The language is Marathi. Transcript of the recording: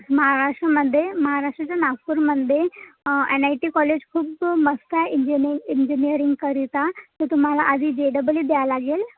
महाराष्ट्रामध्ये महाराष्ट्राच्या नागपूरमध्ये एन आय टी कॉलेज खूप मस्त आहे इंजिनीय इंजिनीयरिंगकरिता तर तुम्हाला आधी जे डबल इ द्यायंला लागेल